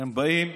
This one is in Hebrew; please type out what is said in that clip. הם באים,